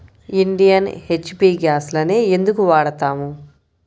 Indian, HP గ్యాస్లనే ఎందుకు వాడతాము?